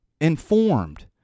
informed